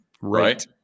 Right